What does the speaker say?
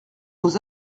vos